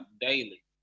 daily